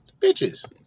Bitches